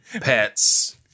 pets